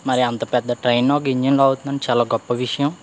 మరి అంత పెద్ద ట్రైన్ను ఒక ఇంజన్ లాగుతుంది అంటే చాలా గొప్ప విషయం